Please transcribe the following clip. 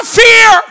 fear